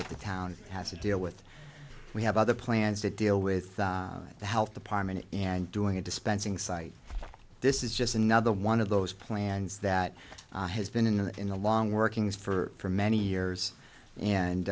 a town has to deal with we have other plans to deal with the health department and doing a dispensing site this is just another one of those plans that has been in the in the long workings for many years